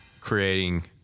creating